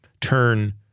turn